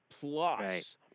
Plus